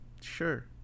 Sure